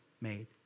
made